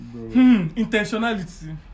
Intentionality